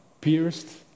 pierced